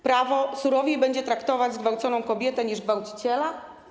Prawo surowiej będzie traktować zgwałconą kobietę niż gwałciciela?